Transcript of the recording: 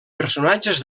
personatges